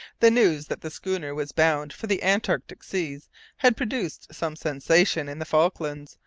the news that the schooner was bound for the antarctic seas had produced some sensation in the falklands,